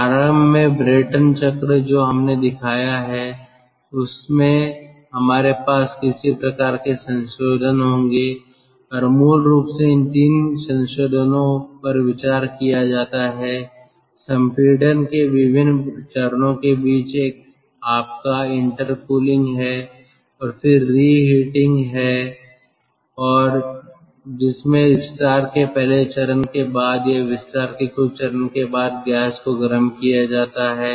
प्रारंभ में ब्रेटन चक्र जो हमने दिखाया है उसमें हमारे पास किसी प्रकार के संशोधन होंगे और मूल रूप से इन तीन संशोधनों पर विचार किया जाता है संपीड़न के विभिन्न चरणों के बीच एक आपका इंटर कूलिंग है और फिर रीहिटिंग है जिसमें विस्तार के पहले चरण के बाद या विस्तार के कुछ चरण के बाद गैस को गर्म किया जाता है